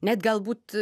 net galbūt